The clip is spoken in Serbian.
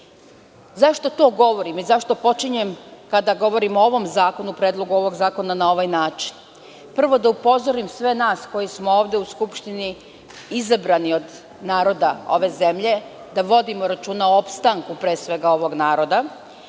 Zašto to govorim? Zašto počinjem, kada govorim o ovom zakonu, predlogu ovog zakona, na ovaj način? Prvo, htela bih da upozorim sva nas, koji smo ovde u Skupštini izabrani od naroda ove zemlje, da vodimo računa o opstanku ovog naroda.